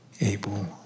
able